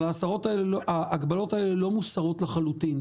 אבל ההגבלות האלה לא מוסרות לחלוטין.